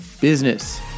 Business